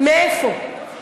מאיפה?